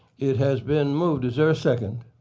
it has been moved. is there a second?